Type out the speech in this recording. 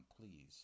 please